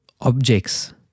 objects